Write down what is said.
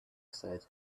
said